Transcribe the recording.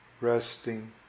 resting